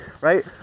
right